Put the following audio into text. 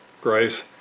grace